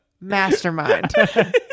mastermind